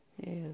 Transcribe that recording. Yes